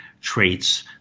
traits